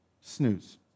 snooze